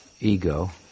ego